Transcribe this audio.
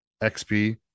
XP